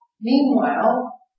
Meanwhile